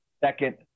Second